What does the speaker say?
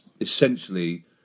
essentially